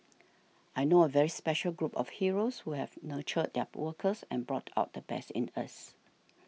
I know a very special group of heroes who have nurtured their workers and brought out the best in us